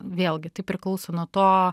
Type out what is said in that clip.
vėlgi tai priklauso nuo to